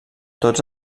tots